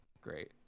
great